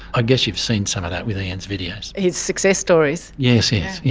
ah guess you've seen some of that with ian's videos. his success stories. yes, yes. yeah